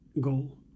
goal